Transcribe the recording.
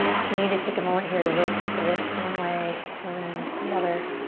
if you need to take a moment here to rotate the wrists one way and then the other,